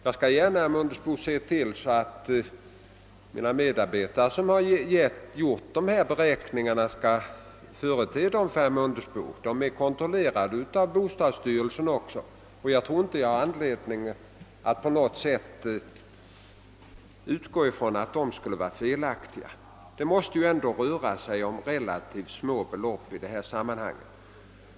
Jag skall gärna se till att mina medarbetare som har gjort dessa beräkningar företer dem för herr Mundebo. Siffrorna är kontrollerade också av bostadsstyrelsen, och jag har inte anledning att utgå från att de skulle vara felaktiga. Det måste ju ändå röra sig om relativt små belopp i sammanhanget.